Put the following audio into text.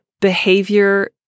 behavior